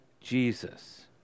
Jesus